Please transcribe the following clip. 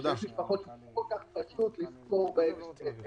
כשיש משפחות שלא כל כך פשוט לספור בהן את